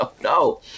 no